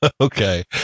Okay